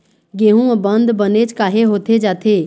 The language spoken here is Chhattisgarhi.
गेहूं म बंद बनेच काहे होथे जाथे?